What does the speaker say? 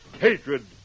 hatred